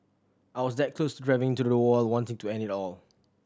I was that close to driving into the wall wanting to end it all